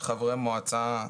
חברי מועצה,